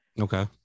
Okay